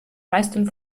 meistens